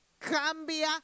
cambia